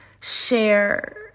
share